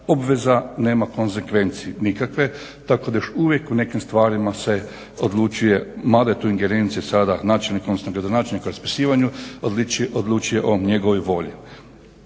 obveza nema konzekvencije nikakve tako da još uvijek u nekim stvarima se odlučuje male tu ingerencije sada načelnik, gradonačelnik o raspisivanju odlučio o njegovoj volji.